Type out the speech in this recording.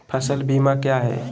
फ़सल बीमा क्या है?